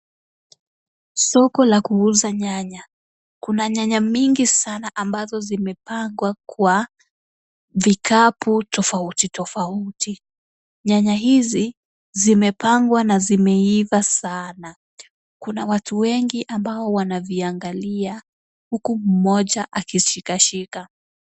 Soko la kuuza nyanya. Kuna nyanya mingi sana ambazo zimepangwa kwa vikapu tofauti tofauti. Nyanya hizi zimepangwa na zimeiva sana. Kuna watu wengi ambao wanaviangalia, huku mmoja akishikashika.